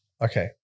Okay